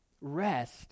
Rest